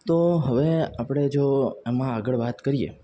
તો હવે આપણે જો આમાં આગળ વાત કરીએ